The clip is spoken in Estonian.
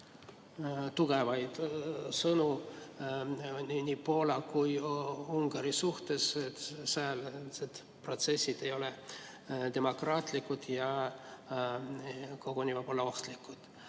tugevaid sõnu nii Poola kui ka Ungari suhtes, et sealsed protsessid ei ole demokraatlikud ja on koguni võib-olla ohtlikud.